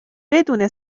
بدون